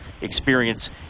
experience